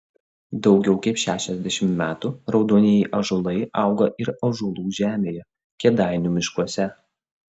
daugiau kaip šešiasdešimt metų raudonieji ąžuolai auga ir ąžuolų žemėje kėdainių miškuose